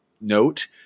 note